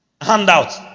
handout